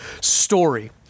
story